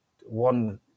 one